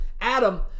Adam